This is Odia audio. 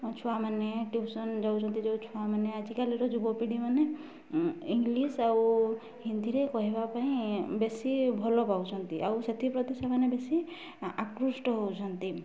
ଛୁଆମାନେ ଟିଉସନ୍ ଯାଉଛନ୍ତି ଯେଉଁ ଛୁଆମାନେ ଆଜିକାଲିର ଯୁବପିଢ଼ିମାନେ ଇଂଲିଶ ଆଉ ହିନ୍ଦୀରେ କହିବା ପାଇଁ ବେଶି ଭଲ ପାଉଛନ୍ତି ଆଉ ସେଥିପ୍ରତି ସେମାନେ ବେଶୀ ଆକୃଷ୍ଟ ହେଉଛନ୍ତି